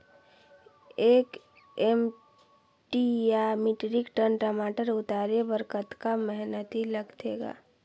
एक एम.टी या metric tonne टमाटर उतारे बर कतका मेहनती लगथे ग?